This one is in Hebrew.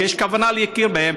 שיש כוונה להכיר בהם,